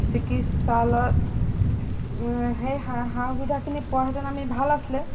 চিকিৎসালয়ত সেই সা সা সুবিধাখিনি পোৱা হেঁতেন আমি ভাল আছিল